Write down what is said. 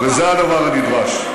וזה הדבר הנדרש.